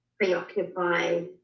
preoccupy